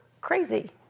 crazy